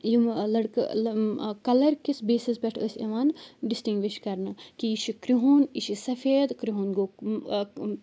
یِم لٔڑکہٕ کَلَرکِس بیسَس پٮ۪ٹھ ٲسۍ یِوان ڈِسٹِنٛگوِش کَرنہٕ کہِ یہِ چھُ کِرٛہُن یہِ چھِ سفید کِرٛہُن گوٚو